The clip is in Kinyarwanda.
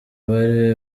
bari